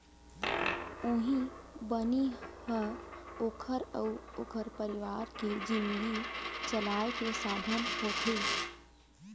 उहीं बनी ह ओखर अउ ओखर परिवार के जिनगी चलाए के साधन होथे